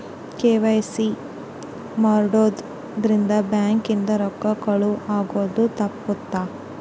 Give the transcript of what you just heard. KYC ಮಾಡ್ಸೊದ್ ರಿಂದ bank ಇಂದ ರೊಕ್ಕ ಕಳುವ್ ಆಗೋದು ತಪ್ಪುತ್ತ